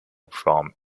from